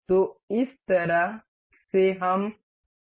तो इस तरह से हम कर सकते हैं